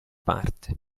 parte